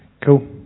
Cool